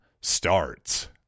starts